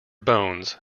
bones